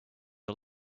are